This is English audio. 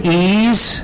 ease